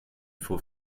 faut